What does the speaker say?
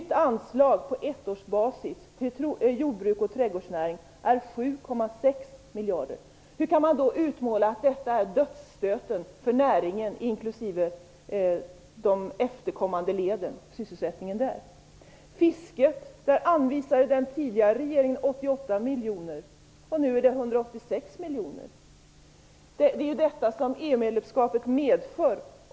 Det nya anslaget på ettårsbasis till jordbruk och trädgårdsnäring uppgår till 7,6 miljarder kronor. Hur kan man då utmåla det som dödsstöten för näringen, inklusive de efterkommande leden och sysselsättningen där? När det gäller fisket anvisade den tidigare regeringen 88 miljoner kronor. Nu är det 186 miljoner kronor. Det är sådant som EU-medlemskapet medför.